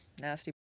Nasty